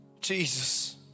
Jesus